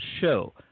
show